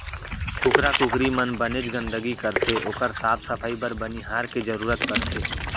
कुकरा कुकरी मन बनेच गंदगी करथे ओकर साफ सफई बर बनिहार के जरूरत परथे